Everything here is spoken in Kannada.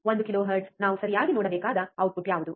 ಒಂದು ಕಿಲೋಹೆರ್ಟ್ಜ್ ನಾವು ಸರಿಯಾಗಿ ನೋಡಬೇಕಾದ ಔಟ್ಪುಟ್ ಯಾವುದು